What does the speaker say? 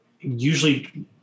usually